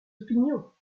opinions